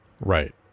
Right